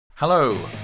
Hello